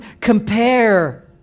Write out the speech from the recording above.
compare